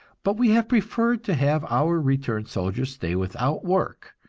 but we have preferred to have our returned soldiers stay without work,